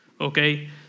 Okay